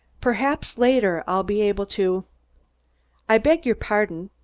perhaps later i'll be able to i beg your pardon,